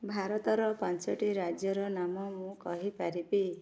ଭାରତର ପାଞ୍ଚଟି ରାଜ୍ୟର ନାମ ମୁଁ କହିପାରିବି